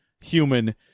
human